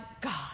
God